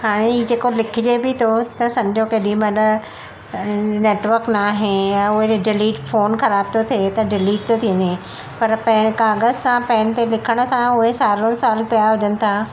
हाणे ई जेको लिखजे बि थो त समुझो केॾी महिल नेटवक न आहे या वरी डिलीट फ़ोन ख़राब थो थिए त डिलीट थो थी वञे पर पे काग़ज़ सां पेन ते लिखण सां उहे सालो सालि पिया हुजनि था